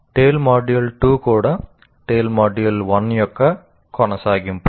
TALE module 2 కూడా TALE module 1 యొక్క కొనసాగింపు